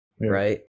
right